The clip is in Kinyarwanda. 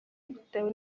bitewe